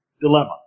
dilemma